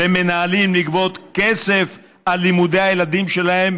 למנהלים לגבות כסף על לימודי הילדים שלהם